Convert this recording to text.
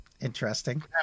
Interesting